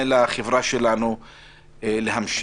אין לנו יכולת להתקין תקנות חדשות.